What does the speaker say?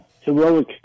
heroic